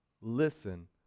Listen